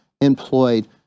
employed